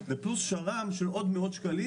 פלוס שר"מ של עוד מאות שקלים,